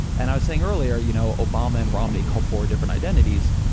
and i was saying earlier, you know obama and romney called forward different identities.